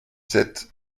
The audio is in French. sept